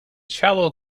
shallow